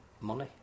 money